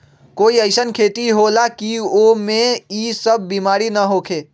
कोई अईसन खेती होला की वो में ई सब बीमारी न होखे?